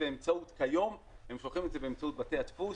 כיום הם שולחים את זה באמצעות בתי הדפוס.